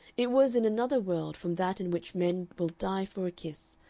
it was in another world from that in which men will die for a kiss,